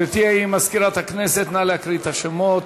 גברתי מזכירת הכנסת, נא להקריא את השמות.